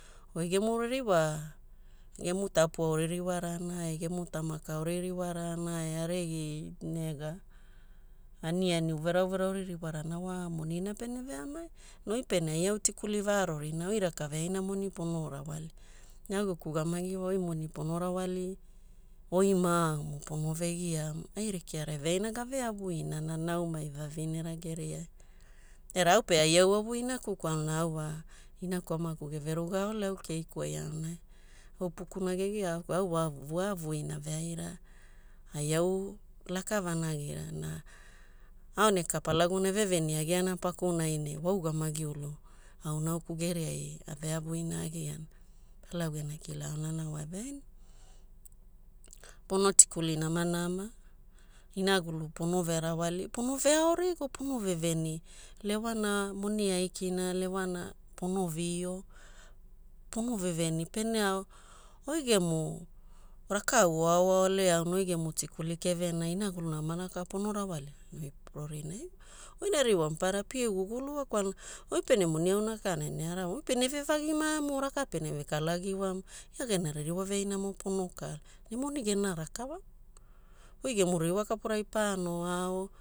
Oi gemu ririwa gemu tapua oririwarana gemu tamaka oririwarana arigi nega aniani uverauvera oririwara wa moni na pene veamai. Oi pene ai tikuli varori ne oi rakaveaina oi moni pono rawali ne au geku ugamagi wa oi moni pono rawali oi maumu pono vegia ai rekea eveaina gave avuinana na naumai vavinera geria, era pe au avuinaku kwalana inaku amaku geverugao au keiku ai aonai, upukuna geiaokuo au voavuina veaira. ai au laka vanagira na aoneka Palaguna eveveniagiana pakunai ne vougamagi au nauku geriai aveavuina agiana. Palagu gena kila aonana wa eveaina. Pono tikuli namana inagulu pono verawali pono veaorigo pono veveni lewana moni aikina lewana pono vio pono veveni peneao oi gemu rakau oaaole auna oi gemu tikuli kevena inagulu namanaka pono rawalia oi rorinai wa. oina ririwa mapara pia gugulu kwalana oi pene moni aunakana ene arawamu oi pe pene vevagi maemu o raka pene vekalagi iwamu ia gena ririwa veaimo pono kala moni gena rakava wara. Oi ririwa kapurai pano ao